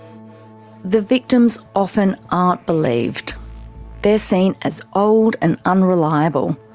the victims often aren't believed they're seen as old and unreliable,